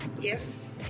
Yes